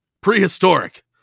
prehistoric